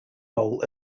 bowl